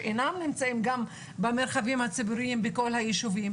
שאינם נמצאים גם במרחבים הציבוריים בכל היישובים.